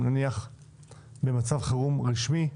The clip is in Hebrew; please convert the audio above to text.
במצב חירום רשמי,